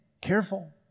Careful